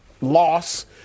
loss